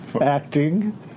acting